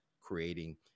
creating